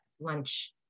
lunch